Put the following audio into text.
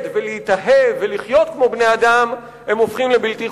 ולהתאהב ולחיות כמו בני-אדם הם הופכים לבלתי חוקיים?